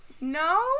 No